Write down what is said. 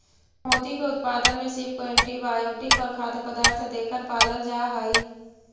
मोती के उत्पादन में सीप को एंटीबायोटिक और खाद्य पदार्थ देकर पालल जा हई